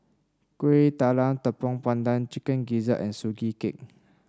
Kuih Talam Tepong Pandan Chicken Gizzard and Sugee Cake